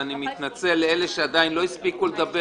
ואני מתנצל בפני אלה שעדיין לא הספיקו לדבר.